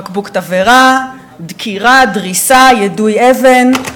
בקבוק תבערה, דקירה, דריסה, יידוי אבן,